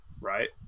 right